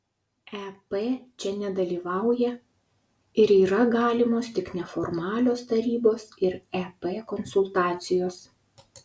ep čia nedalyvauja ir yra galimos tik neformalios tarybos ir ep konsultacijos